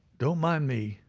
don't mind me,